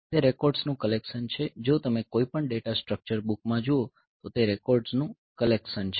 તે રેકોર્ડ્સ નું કલેક્શન છે જો તમે કોઈપણ ડેટા સ્ટ્રક્ચર બુકમાં જુઓ તો તે રેકોર્ડ્સનું કલેક્શન છે